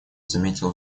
заметил